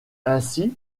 ainsi